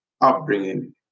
upbringing